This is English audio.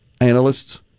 Analysts